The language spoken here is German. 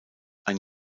ein